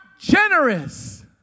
generous